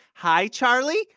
hi, charlie.